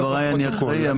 לא, לדבריי אני אחראי.